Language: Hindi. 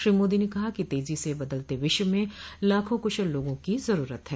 श्री मोदी ने कहा कि तेजी से बदलते विश्व में लाखों कुशल लोगों की जरूरत है